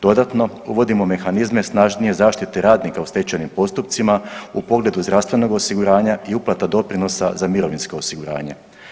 Dodatno uvodimo mehanizme snažnije zaštite radnika u stečajnim postupcima u pogledu zdravstvenog osiguranja i uplata doprinosa za mirovinska osiguranja.